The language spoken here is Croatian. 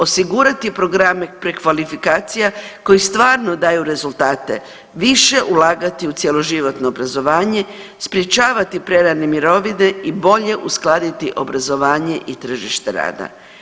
Osigurati programe prekvalifikacija koji stvarno daju rezultate, više ulagati u cjeloživotno obrazovanje, sprječavati prerane mirovine i bolje uskladiti obrazovanje i tržište rada.